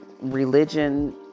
religion